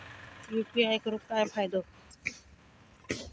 UPI करून काय फायदो?